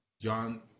John